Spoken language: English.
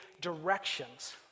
directions